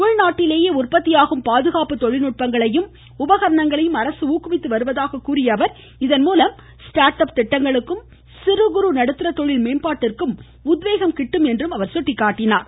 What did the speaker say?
உள்நாட்டிலேயே உற்பத்தியாகும் பாதுகாப்பு தொழில்நுட்பங்களையும் உபகரணங்களையும் அரசு ஊக்குவித்து வருவதாக கூறிய அவர் இதன்மூலம் ஸ்டாட் அப் திட்டங்களுக்கும் சிறு குறு நடுத்தர தொழில் மேம்பாட்டிற்கும் உத்வேகம் கிட்டும் என்று அவர் சுட்டிக்காட்டினார்